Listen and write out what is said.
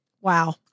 Wow